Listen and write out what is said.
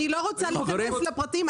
אני לא רוצה להיכנס לפרטים,